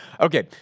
Okay